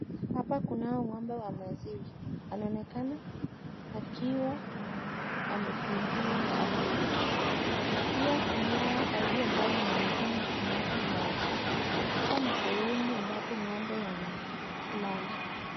Hapa kunao ng'ombe wa maziwa anaonekana akiwa amefungiwa hapa pia kunao paipu ambayo inaonekana ikimwaga maji, hapa ni sehemu ambapo ng'ombe wanalala.